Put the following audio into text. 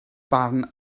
barn